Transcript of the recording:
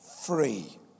free